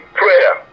prayer